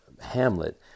Hamlet